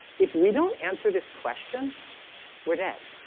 if we don't answer this question we're dead